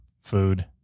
food